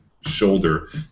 shoulder